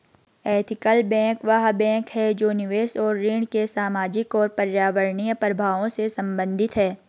ethical bank वह bank है जो निवेश और ऋण के सामाजिक और पर्यावरणीय प्रभावों से संबंधित है